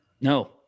No